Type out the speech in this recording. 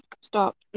stop